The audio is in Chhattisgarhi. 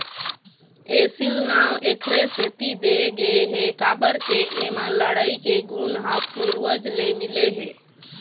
एसील नांव एखरे सेती दे गे हे काबर के एमा लड़ई के गुन ह पूरवज ले मिले हे